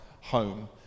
home